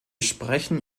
sprechen